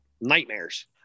nightmares